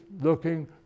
looking